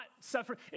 suffer